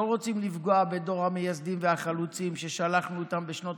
לא רוצים לפגוע בדור המייסדים והחלוצים ששלחנו אותם בשנות